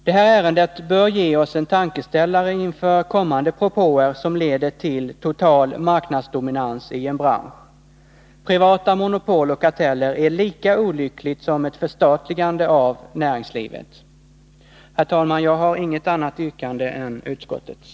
Det här ärendet bör ge oss en tankeställare inför kommande propåer, som leder till total marknadsdominans i en bransch. Privata monopol och karteller är lika olyckligt som ett förstatligande av näringslivet. Herr talman! Jag har inget annat yrkande än utskottets.